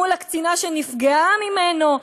מול הקצינה שנפגעה ממנו,